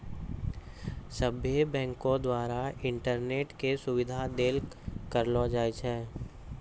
सभ्भे बैंको द्वारा इंटरनेट के सुविधा देल करलो जाय छै